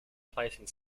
placing